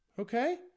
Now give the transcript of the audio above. okay